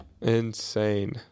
Insane